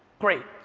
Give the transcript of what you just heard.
great,